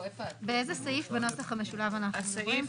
באיזה סעיף בנוסח המשולב אנחנו מדברים?